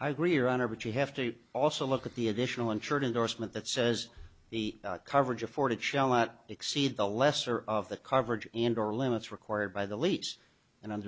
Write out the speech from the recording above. i agree or honor but you have to also look at the additional insured indorsement that says the coverage afforded shall not exceed the lesser of the coverage and or limits required by the lease and under